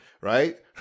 right